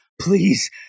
Please